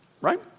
Right